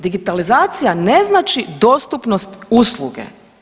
Digitalizacija ne znači dostupnost usluge.